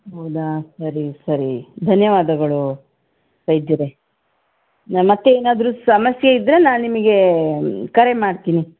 ಹೌದಾ ಸರಿ ಸರಿ ಧನ್ಯವಾದಗಳು ವೈದ್ಯರೆ ನಾನು ಮತ್ತೆ ಏನಾದರೂ ಸಮಸ್ಯೆ ಇದ್ದರೆ ನಾನು ನಿಮಗೆ ಕರೆ ಮಾಡ್ತೀನಿ